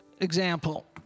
example